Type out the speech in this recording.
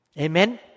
Amen